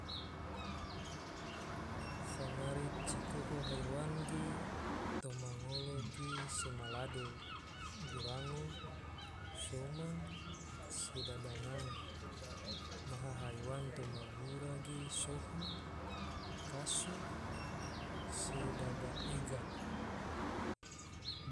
Fangare cikoho haiwan ge, toma ngolo ge sema lado, gurango, soma, sedaba ngang. maha haiwan toma gura ge, soho, kaso, sedaba ega